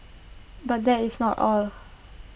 but that is not all